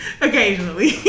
occasionally